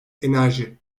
enerji